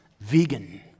vegan